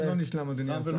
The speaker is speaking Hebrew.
יעל רון בן משה, בבקשה.